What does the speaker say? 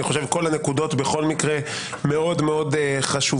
אני חושב שכל הנקודות בכל מקרה מאוד מאוד חשובות.